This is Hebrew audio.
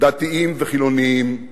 דתיים וחילונים,